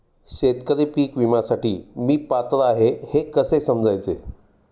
शेतकरी पीक विम्यासाठी मी पात्र आहे हे कसे समजायचे?